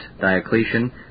Diocletian